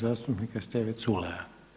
zastupnika Steve Culeja.